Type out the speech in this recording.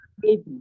baby